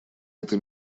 это